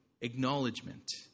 acknowledgement